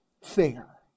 fair